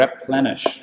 replenish